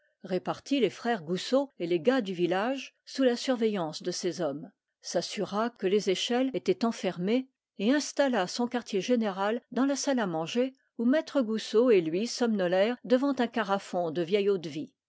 répartit les frères goussot et les gars du village sous la surveillance de ses hommes s'assura que les échelles étaient enfermées et installa son quartier général dans la salle à manger où maître goussot et lui somnolèrent devant un carafon de vieille